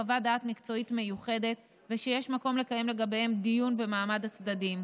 חוות דעת מקצועיות מיוחדות ושיש מקום לקיים לגביהם דיון במעמד הצדדים,